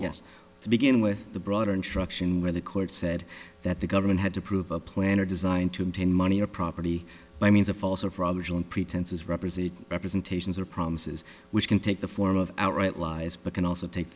yes to begin with the broader instruction where the court said that the government had to prove a plan or design to obtain money or property by means of false or for others on pretenses represented representations or promises which can take the form of outright lies but can also take